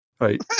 right